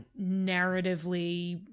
narratively